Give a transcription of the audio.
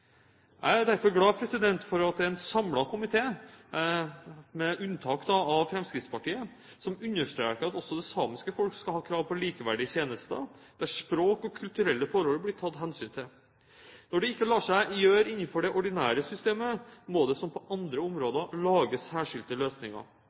Jeg er derfor glad for at en samlet komité, med unntak av Fremskrittspartiet, understreker at også det samiske folk skal ha krav på likeverdige tjenester, der språk og kulturelle forhold blir tatt hensyn til. Når dette ikke lar seg gjøre innenfor det ordinære systemet, må det som på andre